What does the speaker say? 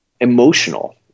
emotional